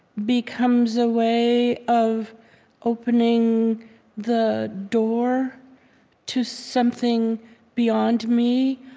becomes a way of opening the door to something beyond me.